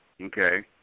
Okay